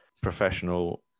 professional